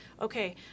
Okay